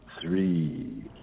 three